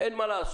אין מה לעשות.